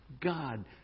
God